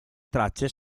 tracce